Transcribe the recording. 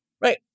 right